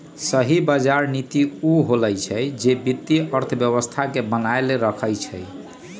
सही बजार नीति उ होअलई जे वित्तीय अर्थव्यवस्था के बनाएल रखई छई